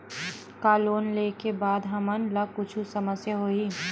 का लोन ले के बाद हमन ला कुछु समस्या होही?